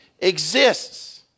exists